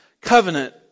covenant